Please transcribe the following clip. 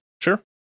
Sure